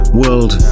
world